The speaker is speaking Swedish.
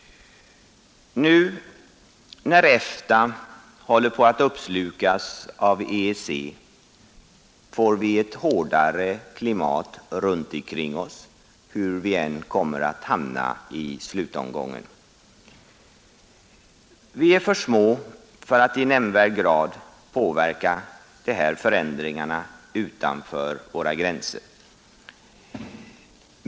Nu när EFTA håller på att uppslukas av EEC får vi ett hårdare klimat runt omkring oss, var vi än kommer att hamna i slutomgången. Vi är för små för att i nämnvärd grad påverka de här förändringarna utanför våra gränser.